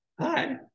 Hi